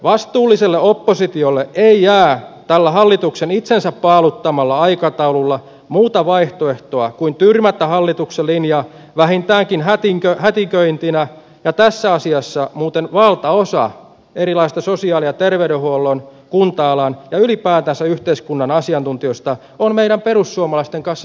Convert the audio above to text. vastuulliselle oppositiolle ei jää tällä hallituksen itsensä paaluttamalla aikataululla muuta vaihtoehtoa kuin tyrmätä hallituksen linja vähintäänkin hätiköintinä ja tässä asiassa muuten valtaosa erilaisista sosiaali ja terveydenhuollon kunta alan ja ylipäätänsä yhteiskunnan asiantuntijoista on meidän perussuomalaisten kanssa samaa mieltä